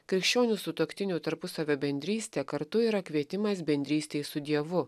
krikščionių sutuoktinių tarpusavio bendrystė kartu yra kvietimas bendrystei su dievu